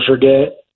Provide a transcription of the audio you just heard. forget